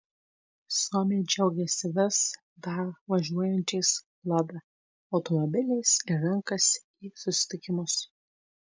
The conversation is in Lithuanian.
suomiai džiaugiasi vis dar važiuojančiais lada automobiliais ir renkasi į susitikimus